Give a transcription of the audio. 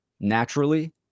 naturally